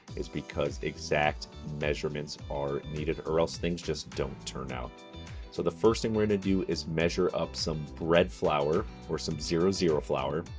is because exact measurements are needed, or else things just don't turn out. so the first thing we're gonna do is measure up some bread flour, or some zero zero flour.